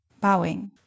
bowing